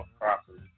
properly